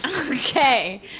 Okay